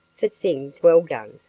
for things well done,